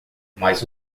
mas